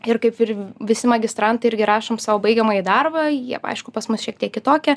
ir kaip ir visi magistrantai irgi rašom savo baigiamąjį darbą jie aišku pas mus šiek tiek kitokie